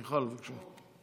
מיכל, בבקשה.